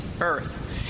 earth